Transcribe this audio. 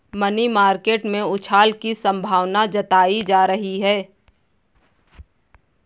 money market में उछाल की संभावना जताई जा रही है